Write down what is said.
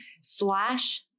slash